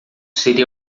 seria